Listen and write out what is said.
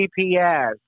GPS